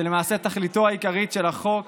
שלמעשה תכליתו העיקרית של החוק